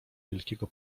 wielkiego